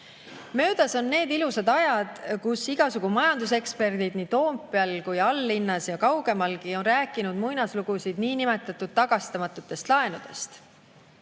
Möödas on need ilusad ajad, kui igasugu majanduseksperdid nii Toompeal kui ka all-linnas ja kaugemalgi rääkisid muinaslugusid niinimetatud tagastamatutest laenudest.